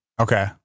Okay